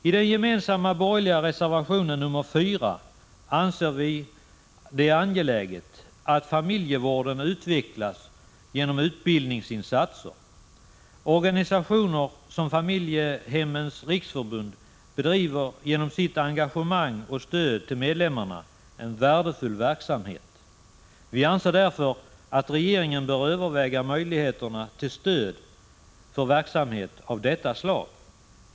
I den gemensamma borgerliga reservationen 4 anser vi att det är angeläget att familjevården utvecklas genom utbildningsinsatser. Organisationer som Familjehemmens riksförbund bedriver genom sitt engagemang och stöd till medlemmarna en värdefull verksamhet. Vi anser därför att regeringen bör överväga möjligheterna till stöd för verksamhet av detta slag.